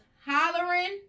hollering